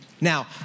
Now